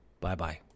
Bye-bye